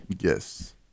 Yes